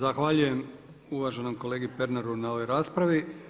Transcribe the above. Zahvaljujem uvaženom kolegi Pernaru na ovoj raspravi.